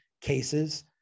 cases